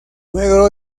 luego